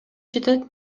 жетет